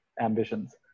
ambitions